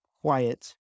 quiet